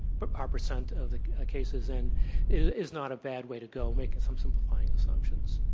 but um percent of the cases and is not a bad way to go, making some simplifying assumptions.